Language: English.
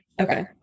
Okay